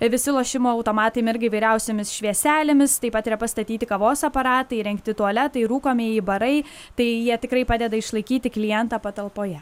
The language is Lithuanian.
visi lošimo automatai mirga įvairiausiomis švieselėmis taip pat yra pastatyti kavos aparatai įrengti tualetai rūkomieji barai tai jie tikrai padeda išlaikyti klientą patalpoje